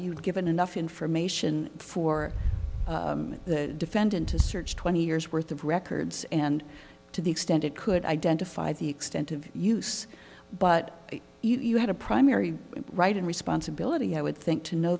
you've given enough information for the defendant to search twenty years worth of records and to the extent it could identify the extent of use but you had a primary right and responsibility i would think to know